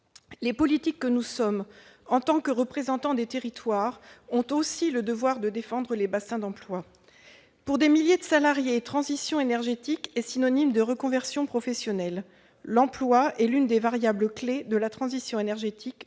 Les politiques que nous sommes, en tant que représentants des territoires, ont aussi le devoir de défendre les bassins d'emploi. Pour des milliers de salariés, transition énergétique est synonyme de reconversion professionnelle. L'emploi est l'une des variables clefs de la transition énergétique que l'on ne